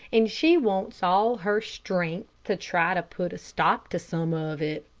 and she wants all her strength to try to put a stop to some of it.